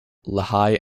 lehigh